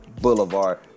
Boulevard